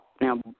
now